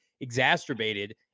exacerbated